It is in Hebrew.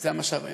זה המשאב האנושי.